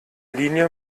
linie